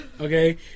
Okay